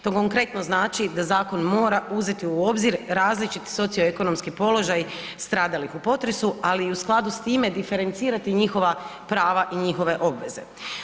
To konkretno znači da zakon mora uzeti u obzir različiti socio-ekonomski položaj stradalih u potresu, ali i u skladu s time, diferencirati njihova prava i njihove obveze.